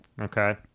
Okay